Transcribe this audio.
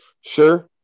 Sure